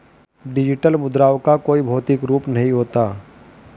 digital मुद्राओं का कोई भौतिक रूप नहीं होता